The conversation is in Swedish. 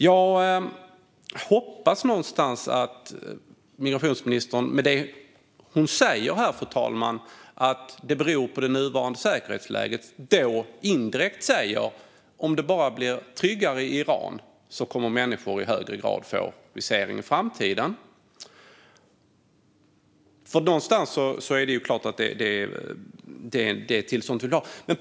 Jag hoppas någonstans att migrationsministern med det hon säger om att det beror på rådande säkerhetsläge indirekt säger att om det bara blir tryggare i Iran kommer människor i högre grad att få visum i framtiden.